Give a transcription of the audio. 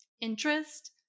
interest